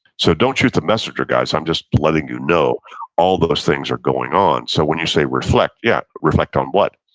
so don't shoot the messenger guys. i'm just letting you know all those things are going on. so when you say reflect, yeah, reflect on what?